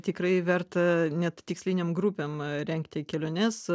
tikrai verta net tikslinėm grupėm rengti keliones